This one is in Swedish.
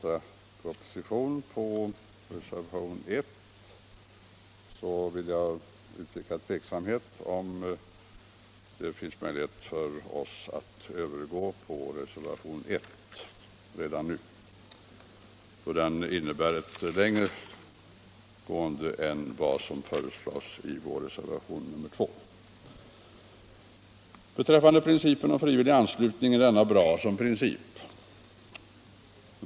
Jag vill redan nu meddela att det är tveksamt huruvida vi kan stödja reservationen 1 för den händelse denna i voteringen om kontraproposition skulle biträdas av kammaren, eller om vi då kommer att avstå. Principen om frivillig anslutning är bra som princip.